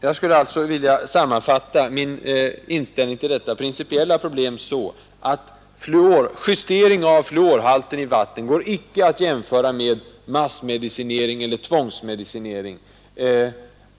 För att sammanfatta min inställning till detta principiella problem: Justering av fluorhalten i vatten går icke att jämföra med massmedicinering eller tvångsmedicinering.